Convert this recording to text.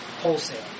wholesale